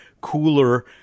cooler